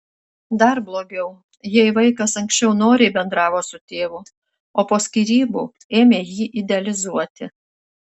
dar blogiau jei vaikas anksčiau noriai bendravo su tėvu o po skyrybų ėmė jį idealizuoti